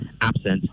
absent